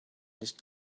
nicht